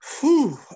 Whew